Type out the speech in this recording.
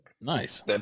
Nice